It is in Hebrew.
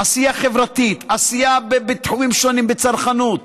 עשייה חברתית, עשייה בתחומים שונים בצרכנות,